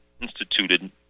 instituted